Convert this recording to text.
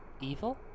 Evil